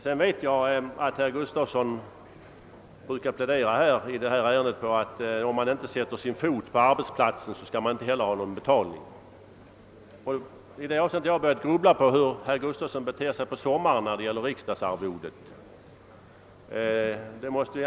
Jag vet att herr Gustavsson i detta ärende brukar plädera för att om man inte sätter sin fot på arbetsplatsen så skall man inte heller ha någon avlöning. Jag har börjat grubbla över hur herr Gustavsson bär sig åt för att på sommaren göra rätt för riksdagsarvodet.